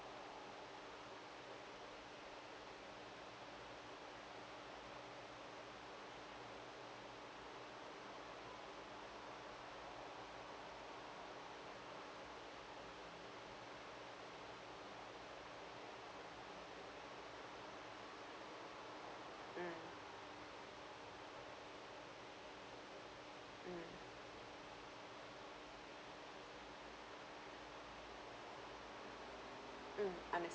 mm mm mm understand